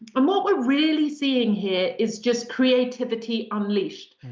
um what we're really seeing here is just creativity unleashed.